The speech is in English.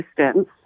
distance